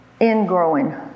ingrowing